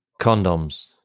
Condoms